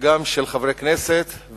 וגם של חברי כנסת,